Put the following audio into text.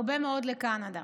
הרבה מאוד לקנדה.